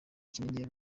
kinini